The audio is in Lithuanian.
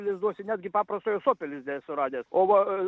lizduose netgi paprastojo suopio lizde esu radęs o va